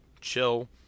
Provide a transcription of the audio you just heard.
chill